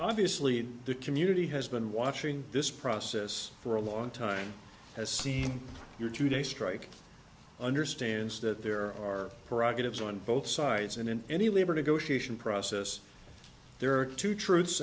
obviously the community has been watching this process for a long time has seen your two day strike understands that there are parag gives on both sides and in any labor negotiation process there are two truth